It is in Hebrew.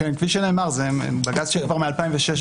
כפי שנאמר, זה בג"ץ שהוא כבר מ-2016.